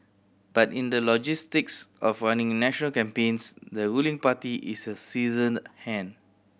but in the logistics of running national campaigns the ruling party is a seasoned hand